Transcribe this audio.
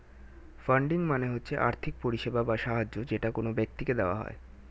funding মানে হচ্ছে আর্থিক পরিষেবা বা সাহায্য যেটা কোন ব্যক্তিকে দেওয়া হয়